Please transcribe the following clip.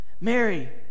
Mary